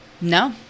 No